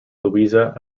louisa